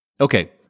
Okay